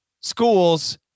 schools